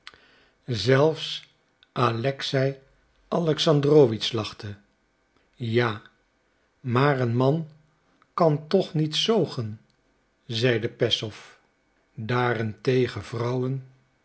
zelfs alexei alexandrowitsch lachte ja maar een man kan toch niet zoogen zeide peszow daarentegen vrouwen